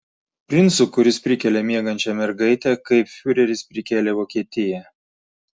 princu kuris prikelia miegančią mergaitę kaip fiureris prikėlė vokietiją